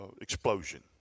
explosion